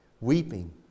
Weeping